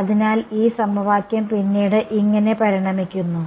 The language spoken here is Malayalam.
അതിനാൽ ഈ സമവാക്യം പിന്നീട് പരിണമിക്കുന്നു